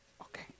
Okay